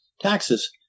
taxes